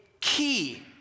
key